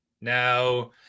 now